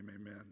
amen